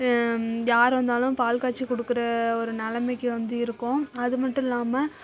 யார் வந்தாலும் பால் காய்ச்சி கொடுக்குற ஒரு நிலமைக்கி வந்து இருக்கோம் அது மட்டும் இல்லாமல்